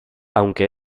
aunque